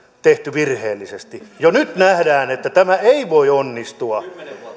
tehty virheellisesti jo nyt nähdään että tämä ei voi onnistua